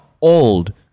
old